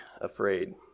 afraid